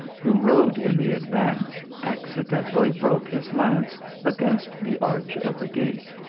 who rode in the advance, accidentally broke his lance against the arch of the gate.